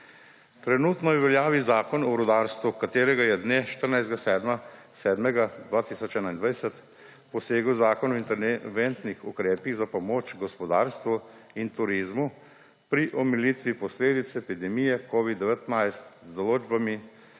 Trenutno je v veljavi Zakon o rudarstvu v katerega je dne 14. 7. 2021 posegel Zakon o interventnih ukrepih za pomoč gospodarstvu in turizmu pri omilitvi posledic epidemije COVID-19 z določbami